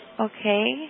Okay